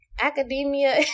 academia